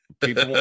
People